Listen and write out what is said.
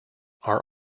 are